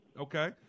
okay